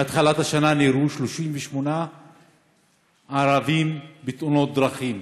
מהתחלת השנה נהרגו 38 ערבים בתאונות דרכים.